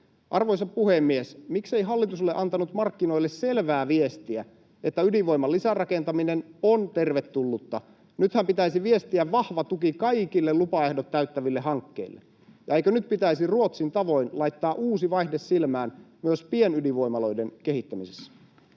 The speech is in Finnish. Arvoisa puhemies! Miksei hallitus ole antanut markkinoille selvää viestiä, että ydinvoiman lisärakentaminen on tervetullutta — nythän pitäisi viestiä vahva tuki kaikille lupaehdot täyttäville hankkeille — ja eikö nyt pitäisi Ruotsin tavoin laittaa uusi vaihde silmään myös pienydinvoimaloiden kehittämisessä?